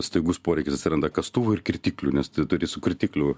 staigus poreikis atsiranda kastuvų ir kirtiklių nes tu turi su kirtikliu